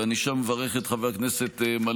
אני שב ומברך את חבר הכנסת מלול,